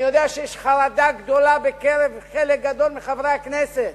ואני יודע שיש חרדה גדולה בקרב חלק גדול מחברי הכנסת: